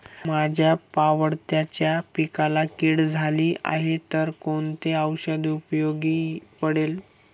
माझ्या पावट्याच्या पिकाला कीड झाली आहे तर कोणते औषध उपयोगी पडेल?